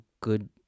good